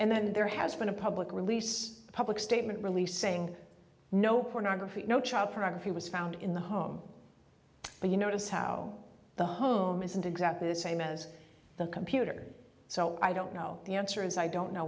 and then there has been a public release a public statement released saying no pornography no child pornography was found in the home but you notice how the home isn't exactly the same as the computer so i don't know the answer is i don't know